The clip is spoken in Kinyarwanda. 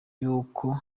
yuko